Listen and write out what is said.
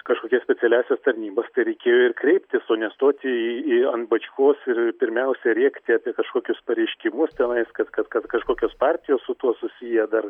kažkokias specialiąsias tarnybas tai reikėjo ir kreiptis o nestoti į į ant bačkos ir pirmiausia rėkti apie kažkokius pareiškimus tenais kad kad kad kažkokios partijos su tuo susiję dar